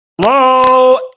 Hello